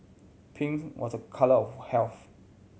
pinks was a colour of health